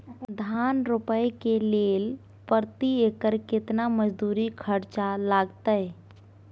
धान रोपय के लेल प्रति एकर केतना मजदूरी खर्चा लागतेय?